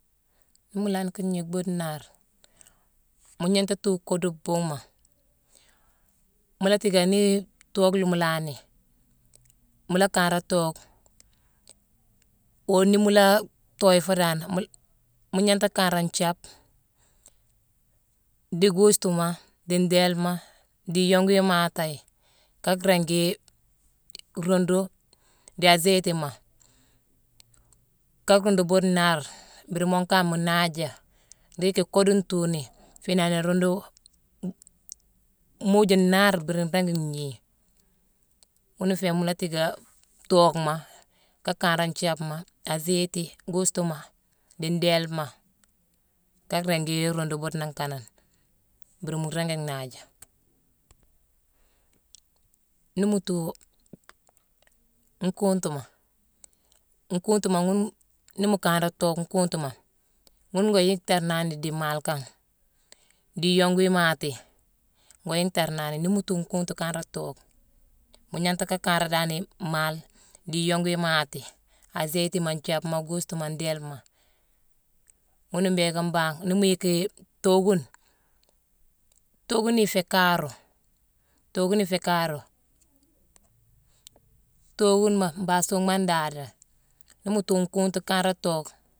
Nii mu lanni ka gnii bhuude nnhaar, mu gnanghta thuu koodu buughma. Mu la tiické nii tookh la mu lanni, mu la kanré tookh, woo ni mu laa toyi foo dan, mu-la-mu gnanghta kanra nthiab, dii kuusuma, dii ndéélema, dii iyongu imaatéye. Ka ringii ruundu dii azéyitima. Ka ruundu buude nnhaar, mbiri moo kane mu naaja dii yicki koodu ntuuni, fiinangh iruundu muuju nnhaar mbiri nringi gnii. Ghune nféé mu la tiicka tookhma; ka kanré nthiabma, azéyiti, kuusuma, dii ndéélema ka ringi ruundu buude nangh kanane mbiri mu ringi nhaaja. Nii tuu nkuutuma, nkuutuma ghune ni muu kanré tookhma nkuuntuma, ghune ngoo yicktarnani dii maale kane dii iyongu maati. Ngoo yicktarnani. Nii mu tuu nkuutu kanré tookh, mu gnanghta ka kanré dan maale, dii iyongu imaati: azéyitima, nthiabma, kuusuma, ndéélema. Ghuna mbhééké mbangh, nii mu yicki tookune, tookune na iféé kaaru, tookune iféé kaaru. Tookunema, mbangh suumma ndaada. Nii mu tuu nkuutu kanra tookh